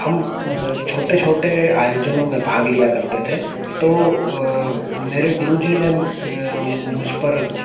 हम छोटे छोटे आयोजनों में भाग लिया करते थे तो मेरे गुरु जी ने मुझ पर